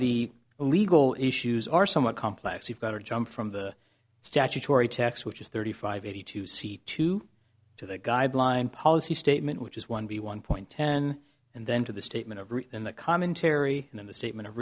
the legal issues are somewhat complex we've got a jump from the statutory tax which is thirty five eighty two c two to the guideline policy statement which is one b one point ten and then to the statement of in the commentary in the statement of